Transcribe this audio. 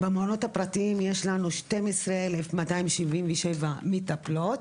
במעונות הפרטיים יש לנו 12,277 מטפלות,